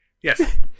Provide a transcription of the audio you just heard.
Yes